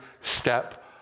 step